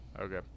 Okay